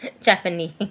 Japanese